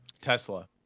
Tesla